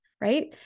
right